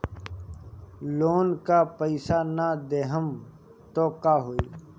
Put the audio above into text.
Loan का पैस न देहम त का होई?